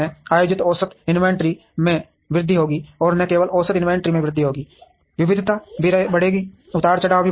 आयोजित औसत इन्वेंट्री में वृद्धि होगी और न केवल औसत इन्वेंट्री में वृद्धि होगी विविधता भी बढ़ेगी उतार चढ़ाव भी बढ़ेगा